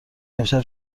امشب